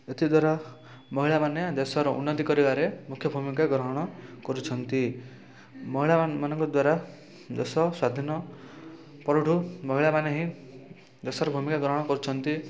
ଏଥିଦ୍ୱାରା ମହିଳାମାନେ ଦେଶର ଉନ୍ନତି କରିବାରେ ମୁଖ୍ୟ ଭୂମିକା ଗ୍ରହଣ କରୁଛନ୍ତି ମହିଳାମାନଙ୍କ ଦ୍ୱାରା ଦେଶ ସ୍ୱାଧୀନ ପରଠୁ ମହିଳାମାନେ ହିଁ ଦେଶର ଭୂମିକା ଗ୍ରହଣ କରୁଛନ୍ତି